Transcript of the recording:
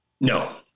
No